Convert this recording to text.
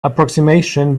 approximation